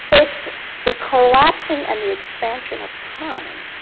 it's the collapsing and the expansion of time.